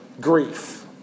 grief